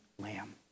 lamb